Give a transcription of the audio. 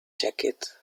jacket